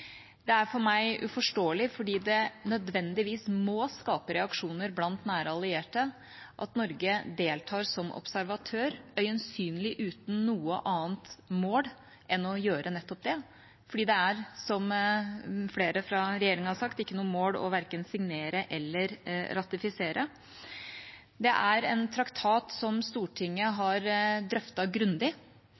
Det er for meg uforståelig fordi det nødvendigvis må skape reaksjoner blant nære allierte at Norge deltar som observatør, øyensynlig uten noe annet mål enn å gjøre nettopp det, for det er, som flere fra regjeringa har sagt, ikke noe mål verken å signere eller å ratifisere. Det er en traktat som Stortinget har drøftet grundig,